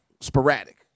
sporadic